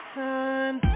time